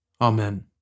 Amen